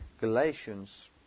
Galatians